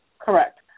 Correct